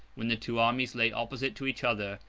when the two armies lay opposite to each other,